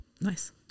Nice